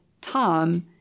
Tom